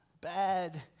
bad